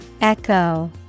Echo